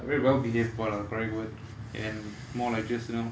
very well behaved boy lah the correct word and more like just you know